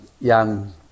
young